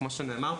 כמו שנאמר פה,